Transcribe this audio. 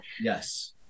Yes